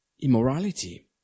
Immorality